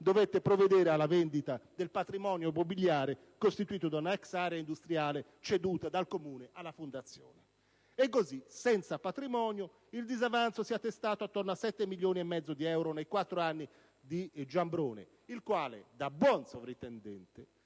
dovette provvedere alla vendita del patrimonio immobiliare costituito da un'ex area industriale ceduta dal Comune alla Fondazione. E così, senza patrimonio, il disavanzo si è attestato attorno a 7 milioni e mezzo di euro nei quattro anni di Giambrone, il quale, da buon sovrintendente,